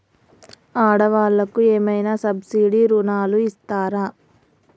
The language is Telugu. ఆడ వాళ్ళకు ఏమైనా సబ్సిడీ రుణాలు ఇస్తారా?